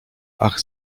ach